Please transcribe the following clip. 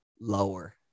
lower